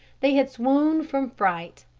they had swooned from fright.